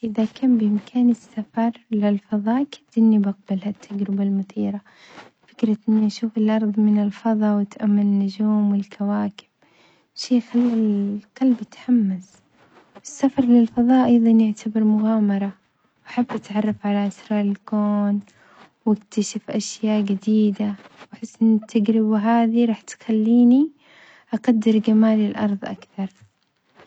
إذا كان بإمكاني السفر للفظاء كنت إني بقبل هالتجربة المثيرة، فكرة إني أشوف الأرظ من الفظا واتأمل النجوم والكواكب شي يخلي القلب يتحمس، السفر للفظاء إذن يعتبر مغامرة وحابة أتعرف على أسرار الكون واكتشف أشياء جديدة، وأحس إن تجري وعاذي راح تخليني أقدر جمال الأرظ أكثر.